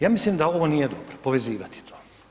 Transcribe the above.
Ja mislim da ovo nije dobro povezivati to.